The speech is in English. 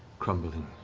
crumbling.